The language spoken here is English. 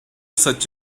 such